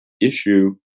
issue